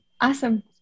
Awesome